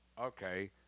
Okay